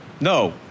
No